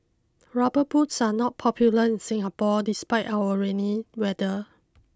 rubber boots are not popular in Singapore despite our rainy weather